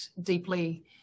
deeply